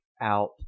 out